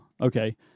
Okay